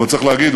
אבל צריך להגיד,